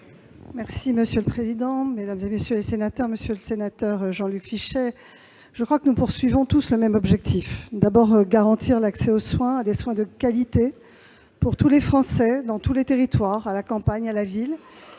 santé. Monsieur le président, mesdames, messieurs les sénateurs, monsieur le sénateur Jean-Luc Fichet, je crois que nous poursuivons tous le même objectif : garantir l'accès à des soins de qualité pour tous les Français, dans tous les territoires, à la campagne comme à la ville.